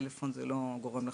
בטלפון זה לא גורם לך,